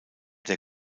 der